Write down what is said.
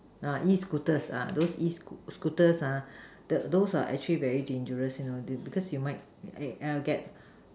uh E scooters ah those E scooters ah the those are actually very dangerous you know because you might err get